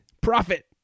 Profit